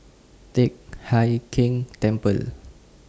Teck Hai Keng Temple